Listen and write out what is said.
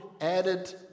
added